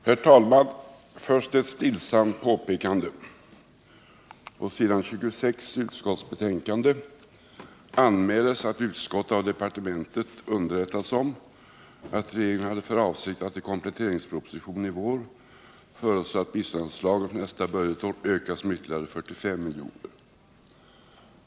Herr talman! Först ett stillsamt påpekande. På s. 26 i utskottsbetänkandet anmäls att utskottet av departementet underrättats om att regeringen hade för avsikt att i kompletteringspropositionen i vår föreslå att biståndsanslaget för nästa budgetår ökas med ytterligare 45 miljoner.